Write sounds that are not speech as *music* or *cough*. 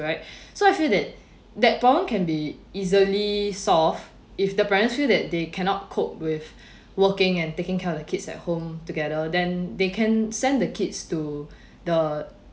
right *breath* so I feel that that problem can be easily solved if the parents feel that they cannot cope with *breath* working and taking care of the kids at home together then they can send the kids to *breath* the